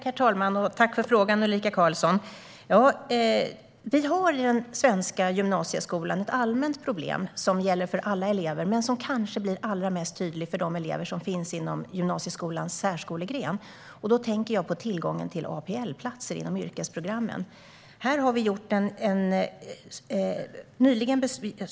Herr talman! Tack för frågan, Ulrika Carlsson! I den svenska gymnasieskolan har vi ett allmänt problem, som gäller för alla elever, men det blir kanske allra mest tydligt för de elever som finns inom särskolegrenen. Jag tänker på tillgången till APL-platser inom yrkesprogrammen.